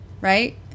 right